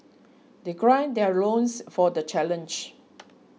they gird their loins for the challenge